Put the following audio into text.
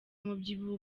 umubyibuho